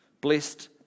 Blessed